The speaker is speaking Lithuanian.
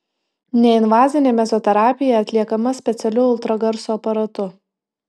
neinvazinė mezoterapija atliekama specialiu ultragarso aparatu